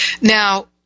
Now